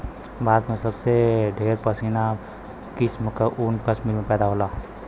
भारत में सबसे ढेर पश्मीना किसम क ऊन कश्मीर में पैदा होला